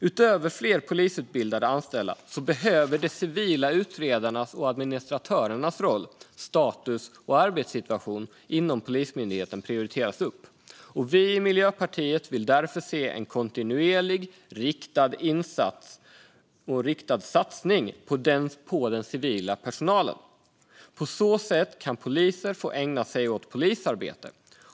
Utöver fler polisutbildade anställda behöver de civila utredarnas och administratörernas roll, status och arbetssituation inom Polismyndigheten prioriteras upp. Vi i Miljöpartiet vill därför se en kontinuerlig, riktad satsning på den civila personalen. På så sätt kan poliser få ägna sig åt polisarbete.